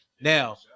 now